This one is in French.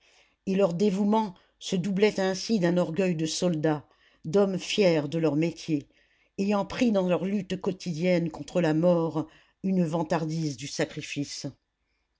et leur dévouement se doublait ainsi d'un orgueil de soldats d'hommes fiers de leur métier ayant pris dans leur lutte quotidienne contre la mort une vantardise du sacrifice